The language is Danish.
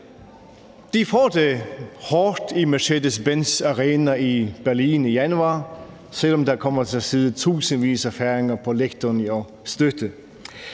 De får det hårdt i Mercedes-Benz Arena i Berlin til januar, selv om der kommer til at sidde tusindvis af færinger på lægterne og støtte